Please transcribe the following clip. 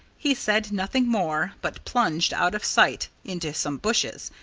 he said nothing more, but plunged out of sight into some bushes,